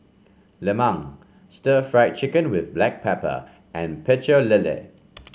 Lemang Stir Fried Chicken with Black Pepper and Pecel Lele